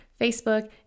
Facebook